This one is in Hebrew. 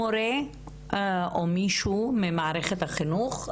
מורה או מישהו ממערכת החינוך,